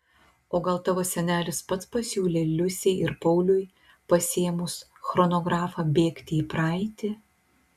o gal tavo senelis pats pasiūlė liusei ir pauliui pasiėmus chronografą bėgti į praeitį